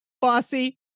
Bossy